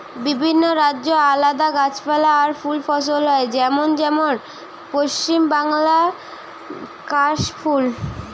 বিভিন্ন রাজ্যে আলদা গাছপালা আর ফুল ফসল হয় যেমন যেমন পশ্চিম বাংলায় কাশ ফুল